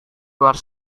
luar